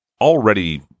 already